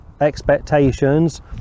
expectations